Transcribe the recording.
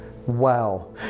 Wow